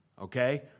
Okay